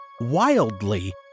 Wildly